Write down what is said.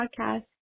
podcast